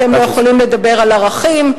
אתם לא יכולים לדבר על ערכים.